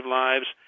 lives